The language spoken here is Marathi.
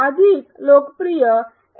अधिक लोकप्रिय ए